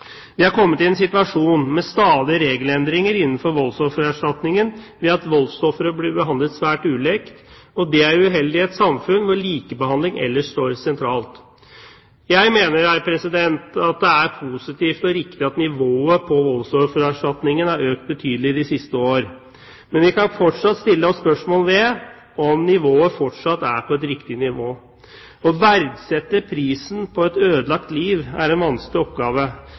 Vi har kommet i en situasjon med stadige regelendringer innenfor voldsoffererstatningsordningen ved at voldsofre blir behandlet svært ulikt, og det er uheldig i et samfunn hvor likebehandling ellers står sentralt. Jeg mener at det er positivt og riktig at nivået på voldsoffererstatningen har økt betydelig de siste år, men vi kan stille oss spørsmålet om erstatningen fortsatt er på et riktig nivå. Å verdsette prisen på et ødelagt liv er en vanskelig oppgave,